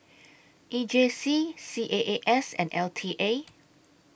E J C C A A S and L T A